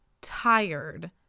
tired